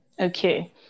Okay